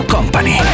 Company